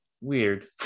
weird